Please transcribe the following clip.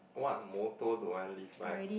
what motto do I live by